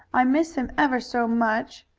i miss him ever so much,